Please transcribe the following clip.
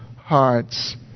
hearts